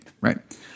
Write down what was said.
right